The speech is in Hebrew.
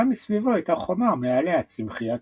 גם מסביבו היתה חומה ומעליה צמחיה צפופה.